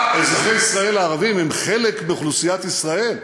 אזרחי ישראל הערבים הם חלק באוכלוסיית ישראל.